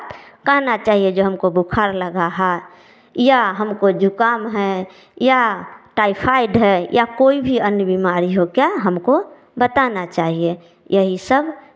कहना चाहिए जो हमको बुखार लगा है या हमको जुकाम है या टाइफ़ाइड है या कोई भी अन्य बीमारी हो क्या हमको बताना चाहिए यही सब